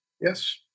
Yes